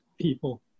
people